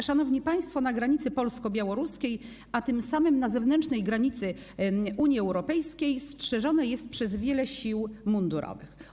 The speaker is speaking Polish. Bezpieczeństwo na granicy polsko-białoruskiej, a tym samym na zewnętrznej granicy Unii Europejskiej strzeżone jest przez wiele sił mundurowych.